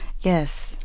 Yes